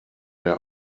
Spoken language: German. der